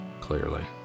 clearly